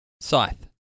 Scythe